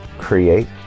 create